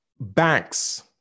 banks